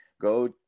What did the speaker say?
go